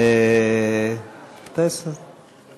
אני